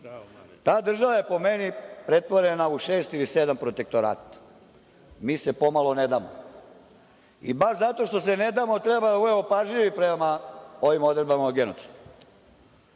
država je po meni pretvorena u šest ili sedam protektorata, mi se pomalo ne damo. Baš zato što se ne damo treba da budemo pažljivi prema ovim odredbama o genocidu. Moram